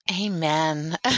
Amen